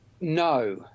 No